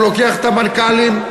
הוא לוקח את המנכ"לים,